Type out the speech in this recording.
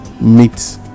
meet